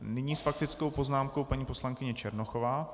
Nyní s faktickou poznámkou paní poslankyně Černochová.